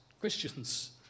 Christians